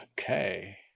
Okay